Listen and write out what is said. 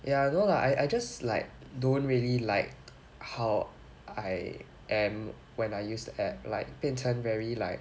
ya no lah I I just like don't really like how I am when I use the app like 变成 very like